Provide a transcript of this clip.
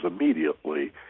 immediately